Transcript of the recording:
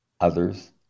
others